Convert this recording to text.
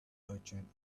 merchant